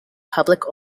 public